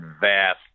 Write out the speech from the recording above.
vast